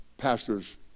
pastor's